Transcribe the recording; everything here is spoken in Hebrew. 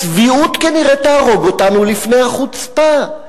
הצביעות כנראה תהרוג אותנו לפני החוצפה.